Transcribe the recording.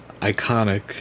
iconic